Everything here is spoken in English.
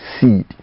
seed